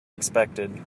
expected